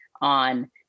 on